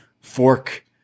fork